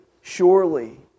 surely